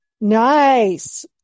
Nice